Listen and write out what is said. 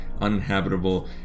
uninhabitable